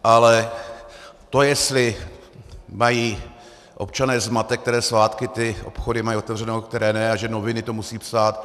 Ale to, jestli mají občané zmatek, které svátky ty obchody mají otevřeno a které ne, a že noviny to musí psát.